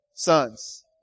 Sons